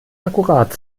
akkurat